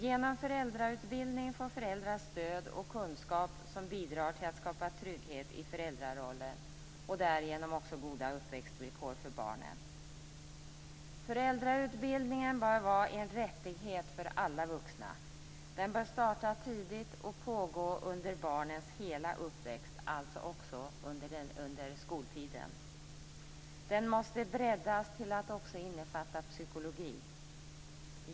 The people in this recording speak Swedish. Genom föräldrautbildning får föräldrar stöd och kunskap som bidrar till att skapa trygghet i föräldrarollen och därigenom också goda uppväxtvillkor för barnen. Föräldrautbildningen bör vara en rättighet för alla vuxna. Den bör starta tidigt och pågå under barnens hela uppväxt, alltså också under skoltiden. Den måste breddas till att också innefatta psykologi.